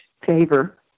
favor